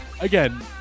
Again